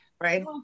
right